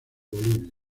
bolivia